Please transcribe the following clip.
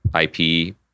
IP